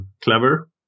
clever